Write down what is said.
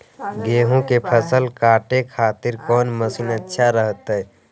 गेहूं के फसल काटे खातिर कौन मसीन अच्छा रहतय?